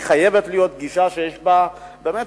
חייבת להיות איזושהי גישה שיש בה באמת